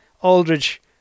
Aldridge